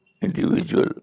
individual